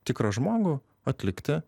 tikrą žmogų atlikti